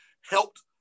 helped